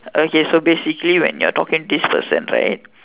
okay so basically when you are talking this person right